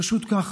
פשוט ככה.